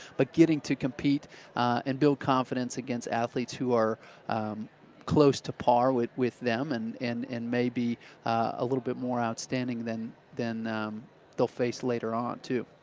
but getting to compete and build confidence against athletes who are close to par with with them and may and and may be a little bit more outstanding than than they'll face later on, too.